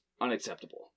unacceptable